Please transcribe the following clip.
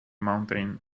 mountain